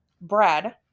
bread